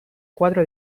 koadro